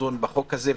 ונדון בחוק הזה,